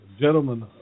gentlemen